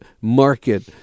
market